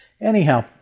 anyhow